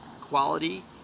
quality